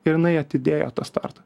ir jinai atidėjo tą startą